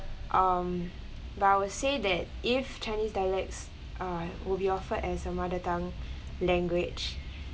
um but I would say that if chinese dialects uh will be offered as a mother tongue language